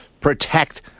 protect